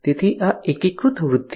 તેથી આ એકીકૃત વૃદ્ધિ છે